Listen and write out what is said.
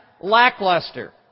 lackluster